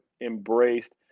embraced